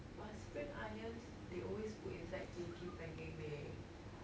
but spring onions they always put inside kimchi pancake leh